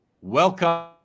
welcome